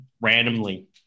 randomly